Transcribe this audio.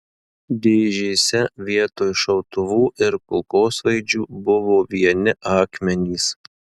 dėžėse vietoj šautuvų ir kulkosvaidžių buvo vieni akmenys